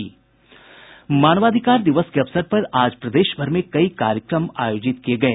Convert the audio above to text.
मानवाधिकार दिवस के अवसर पर आज प्रदेश भर में कई कार्यक्रम आयोजित किये गये